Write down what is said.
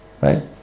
right